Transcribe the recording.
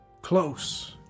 close